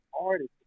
artist